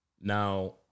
Now